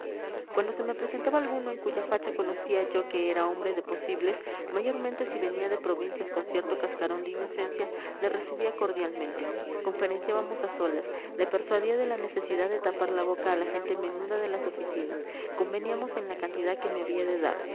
cuando se me presentaba alguno en cuya facha conocía yo que era hombre de posibles mayormente si venía de provincias con cierto cascarón de inocencia le recibía cordialmente conferenciábamos a solas le persuadía de la necesidad de tapar la boca a la gente menuda de las oficinas conveníamos en la cantidad que me había de dar